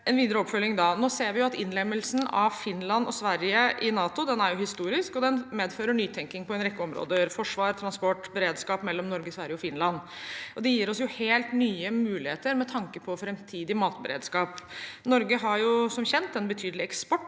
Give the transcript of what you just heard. En videre oppfølging er innlemmelsen av Finland og Sverige i NATO, som vi nå ser. Den er historisk, og den medfører nytenkning på en rekke områder, som forsvar, transport og beredskap, mellom Norge, Sverige og Finland. Det gir oss helt nye muligheter med tanke på framtidig matberedskap. Norge har som kjent en betydelig eksport